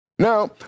Now